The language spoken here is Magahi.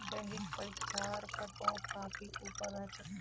बैंकिंग परीक्षार कटऑफ काफी ऊपर रह छेक